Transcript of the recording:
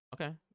Okay